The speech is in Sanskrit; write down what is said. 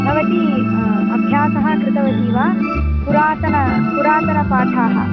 भवती अभ्यासः कृतवती वा पुरातनं पुरातन पाठाः